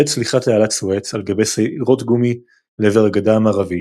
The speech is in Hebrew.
בעת צליחת תעלת סואץ על גבי סירות גומי לעבר הגדה המערבית,